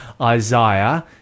Isaiah